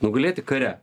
nugulėti kare